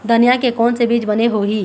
धनिया के कोन से बीज बने होही?